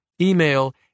email